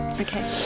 Okay